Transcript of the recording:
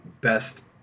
best